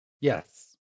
Yes